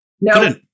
No